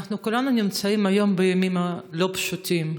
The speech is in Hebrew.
אנחנו כולנו נמצאים היום בימים לא פשוטים,